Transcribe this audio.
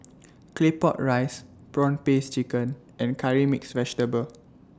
Claypot Rice Prawn Paste Chicken and Curry Mixed Vegetable